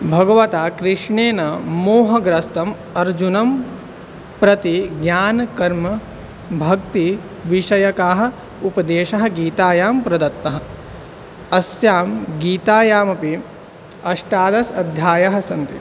भगवता कृष्णेन मोहग्रस्तम् अर्जुनं प्रति ज्ञानकर्मं भक्तिविषयकः उपदेशः गीतायां प्रदत्तं अस्यां गीतायामपि अष्टादश अध्यायाः सन्ति